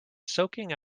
soaking